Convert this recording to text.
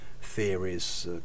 theories